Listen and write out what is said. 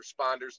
responders